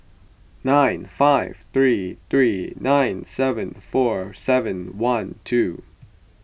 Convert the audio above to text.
nine five three three nine seven four seven one two